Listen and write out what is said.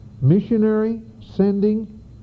missionary-sending